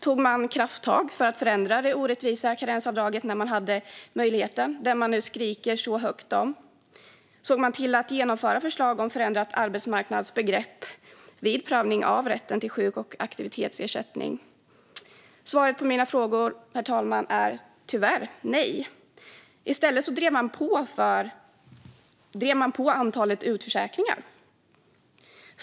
Tog man krafttag för att förändra det orättvisa karensavdraget när man hade möjligheten, det som man nu skriker så högt om? Såg man till att genomföra förslag om förändrat arbetsmarknadsbegrepp vid prövning av rätten till sjuk och aktivitetsersättning? Svaret på mina frågor är tyvärr nej, herr talman. I stället drev de på antalet utförsäkringar.